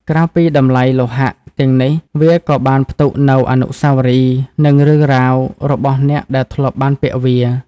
ក្រៅពីតម្លៃលោហៈទាំងនេះ វាក៏បានផ្ទុកនូវ អនុស្សាវរីយ៍ និង រឿងរ៉ាវ របស់អ្នកដែលធ្លាប់បានពាក់វា។